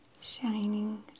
shining